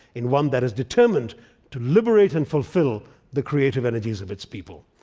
in one that is determined to liberate and fulfill the creative energies of its people.